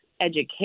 education